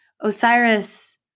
Osiris